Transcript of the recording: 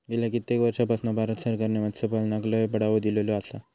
गेल्या कित्येक वर्षापासना भारत सरकारने मत्स्यपालनाक लय बढावो दिलेलो आसा